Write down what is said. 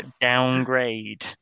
downgrade